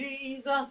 Jesus